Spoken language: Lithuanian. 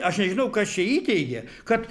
aš nežinau kas čia įteigė kad